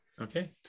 Okay